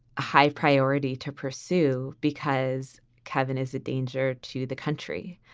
high priority to pursue because kevin is a danger to the country.